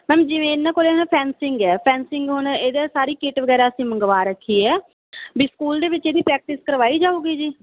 ma'am ਜਿਵੇਂ ਇਹਨਾਂ ਕੋਲ ਨਾ ਫੈਂਸਿੰਗ ਹੈ ਫੈਂਸਿੰਗ ਹੁਣ ਇਹਦਾ ਸਾਰੀ ਕਿੱਟ ਵਗੈਰਾ ਅਸੀਂ ਮੰਗਵਾ ਰੱਖੀ ਹੈ ਵੀ ਸਕੂਲ ਦੇ ਵਿੱਚ ਇਹਦੀ ਪ੍ਰੈਕਟਿਸ ਕਰਵਾਈ ਜਾਊਗੀ ਜੀ